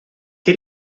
che